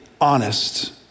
honest